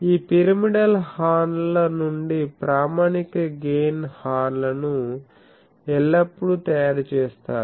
ఈ pyramidal horn ల నుండి ప్రామాణిక గెయిన్ హార్న్ లను ఎల్లప్పుడూ తయారు చేస్తారు